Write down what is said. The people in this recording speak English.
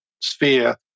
sphere